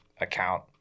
account